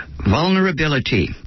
vulnerability